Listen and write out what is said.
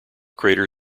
crater